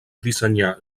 dissenyar